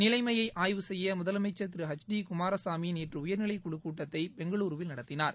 நிலைமையை ஆய்வு செய்ய முதலமைச்சா் திரு எச் டி குமாரசாமி நேற்று உயா்நிலைக் கூட்டத்தை பெங்களூருவில் நடத்தினார்